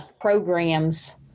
programs